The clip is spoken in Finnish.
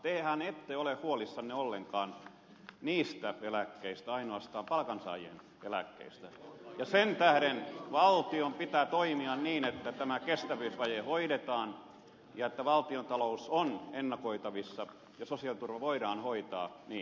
tehän ette ole huolissanne ollenkaan niistä eläkkeistä ainoastaan palkansaajien eläkkeistä ja sen tähden valtion pitää toimia niin että tämä kestävyysvaje hoidetaan ja että valtionta lous on ennakoitavissa ja sosiaaliturva voidaan hoitaa niin